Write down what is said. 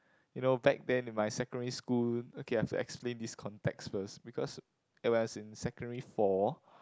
you know back then in my secondary school okay I have to explain this context first because uh when I was in secondary four